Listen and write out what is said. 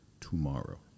tomorrow